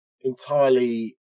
entirely